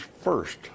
first